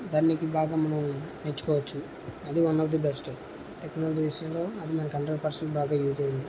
దానికి బాగా మనం మెచ్చుకోవచ్చు అది one of the best technology విషయంలో అది మనకు హండ్రెడ్ పెర్సెంట్ బాగా యూస్ అయ్యింది